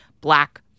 black